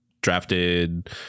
Drafted